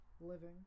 Living